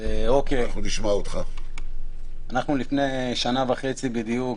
אנחנו לפני שנה וחצי בדיוק